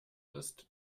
ist